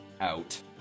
out